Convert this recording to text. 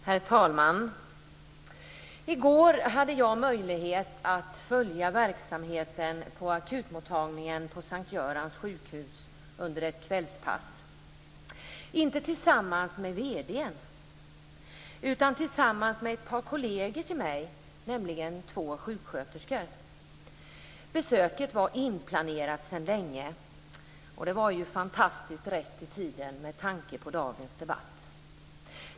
Herr talman! I går hade jag möjlighet att följa verksamheten på akutmottagningen på S:t Görans sjukhus under ett kvällspass, inte tillsammans med vd:n utan tillsammans med ett par kolleger till mig, nämligen två sjuksköterskor. Besöket var inplanerat sedan länge, och det var fantastiskt rätt i tiden med tanke på dagens debatt.